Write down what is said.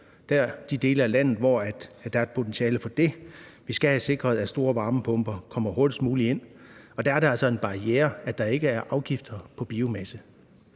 mere i de dele af landet, hvor der er et potentiale for det. Vi skal have sikret, at store varmepumper kommer hurtigst muligt ind, og der er det altså en barriere, at der ikke er afgifter på biomasse.